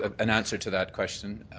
ah an answer to that question,